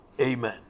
amen